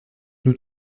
nous